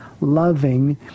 loving